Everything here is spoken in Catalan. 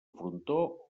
frontó